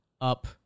up